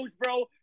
bro